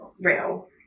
real